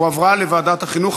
הועבר לוועדת החינוך.